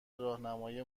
راهنمایی